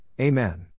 Amen